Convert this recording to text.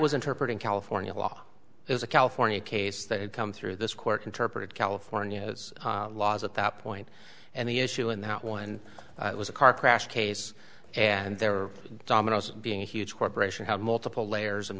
was interpret in california law is a california case that had come through this court interpreted california laws at that point and the issue in that one was a car crash case and there are dominoes being a huge corporation have multiple layers and